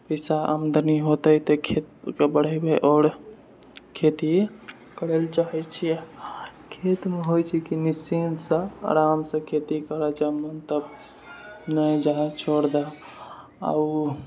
पैसा आमदनी होतै तऽ खेतके बढ़ेबै आओर खेती करए लए चाहैत छिऐ खेतमे होइत छै कि निश्चिन्तसँ आरामसँ खेती करऽ जब मन तब नहि चाहे छोड़ दहऽ आ ओ